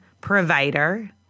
provider